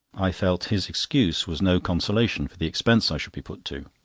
i felt his excuse was no consolation for the expense i shall be put to.